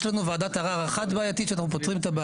יש לנו וועדת ערר אחת בעייתית שאנחנו פותרים,